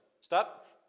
Stop